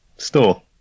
store